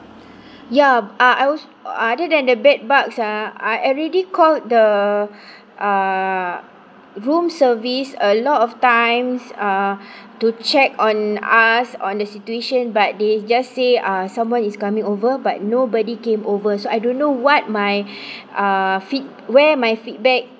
ya I I also other than the bed bugs ah I already called the uh room service a lot of times uh to check on us on the situation but they just say uh someone is coming over but nobody came over so I don't know what my uh feed~ where my feedback